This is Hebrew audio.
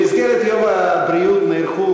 במסגרת יום הבריאות נערכו,